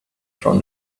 from